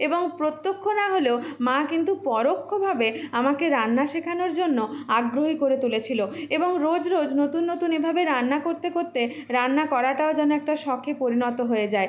এবং প্রত্যক্ষ না হলেও মা কিন্তু পরোক্ষভাবে আমাকে রান্না শেখানোর জন্য আগ্রহী করে তুলেছিলো এবং রোজ রোজ নতুন নতুন এভাবে রান্না করতে করতে রান্না করাটাও যেন একটা শখে পরিণত হয়ে যায়